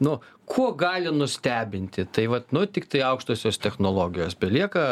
nu kuo gali nustebinti tai vat nu tiktai aukštosios technologijos belieka